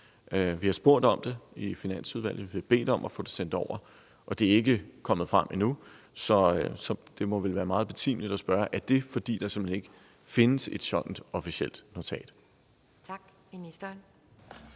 Vi har spurgt om det i Finansudvalget, og vi har bedt om at få det sendt over, og det er ikke kommet frem endnu. Så det må vel være meget betimeligt at spørge: Er det, fordi der simpelt hen ikke findes et sådan officielt notat? Kl.